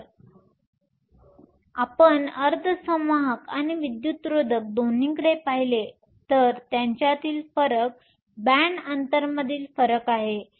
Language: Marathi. तर जर आपण अर्धसंवाहक आणि विद्युतरोधक दोन्हीकडे पाहिले तर त्यांच्यातील फरक बॅण्ड अंतरमधील फरक आहे